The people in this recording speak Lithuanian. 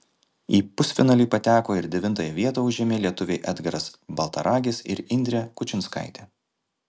į pusfinalį pateko ir devintąją vietą užėmė lietuviai edgaras baltaragis ir indrė kučinskaitė